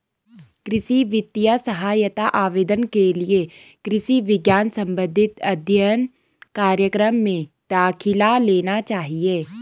कृषि वित्तीय सहायता आवेदन के लिए कृषि विज्ञान संबंधित अध्ययन कार्यक्रम में दाखिला लेना चाहिए